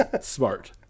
Smart